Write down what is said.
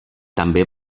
també